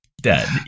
dead